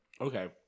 Okay